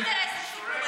רק אינטרסים ציבוריים.